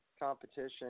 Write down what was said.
competition